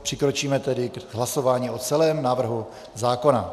Přikročíme tedy k hlasování o celém návrhu zákona.